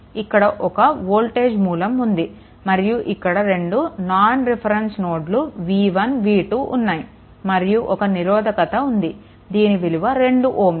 ఇక్కడ ఒక వోల్టేజ్ మూలం ఉంది మరియు ఇక్కడ రెండు నాన్ రిఫరెన్స్ నోడ్లు v1 v2 ఉన్నాయి మరియు ఒక నిరోధకత ఉంది దీని విలువ 2 Ω